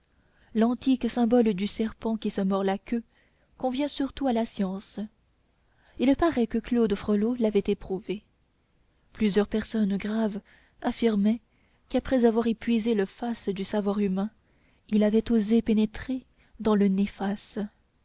l'antique symbole du serpent qui se mord la queue convient surtout à la science il paraît que claude frollo l'avait éprouvé plusieurs personnes graves affirmaient qu'après avoir épuisé le fas du savoir humain il avait osé pénétrer dans le nefas